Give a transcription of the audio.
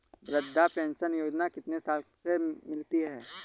वृद्धा पेंशन योजना कितनी साल से मिलती है?